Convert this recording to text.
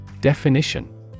Definition